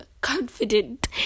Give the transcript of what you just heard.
confident